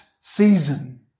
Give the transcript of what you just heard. season